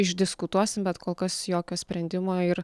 išdiskutuosim bet kol kas jokio sprendimo ir